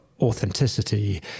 Authenticity